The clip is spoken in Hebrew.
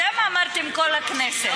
אתם אמרתם: כל הכנסת.